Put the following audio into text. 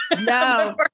No